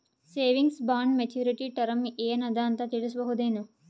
Savings bond maturity term ಏನ ಅದ ಅಂತ ತಿಳಸಬಹುದೇನು?